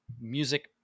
music